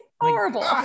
Horrible